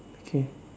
okay